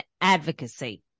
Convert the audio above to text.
advocacy